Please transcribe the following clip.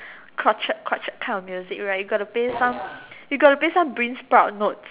crochet crochet kind of music right like you got to play some you got to play some beansprout notes